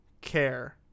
care